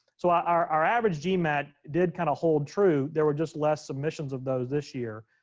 so our our average gmat did kind of hold true. there were just less submissions of those this year.